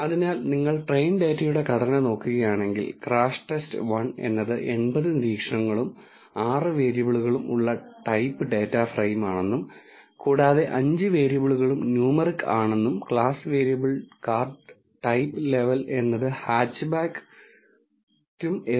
അതിനാൽ നിങ്ങൾ ട്രെയിൻ ഡാറ്റയുടെ ഘടന നോക്കുകയാണെങ്കിൽ crashTest 1 എന്നത് 80 നിരീക്ഷണങ്ങളും 6 വേരിയബിളുകളും ഉള്ള ടൈപ്പ് ഡാറ്റാ ഫ്രെയിമാണെന്നും കൂടാതെ അഞ്ച് വേരിയബിളുകളും ന്യൂമെറിക് ആണെന്നും class variable card type level എന്നത്ഹാച്ച്ബാക്കും എസ്